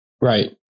Right